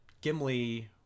Gimli